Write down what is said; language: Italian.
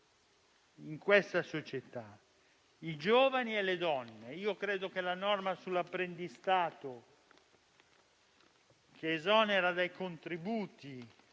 in questa società: i giovani e le donne. Credo che la norma sull'apprendistato, che esonera dai contributi,